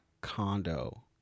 condo